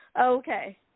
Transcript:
Okay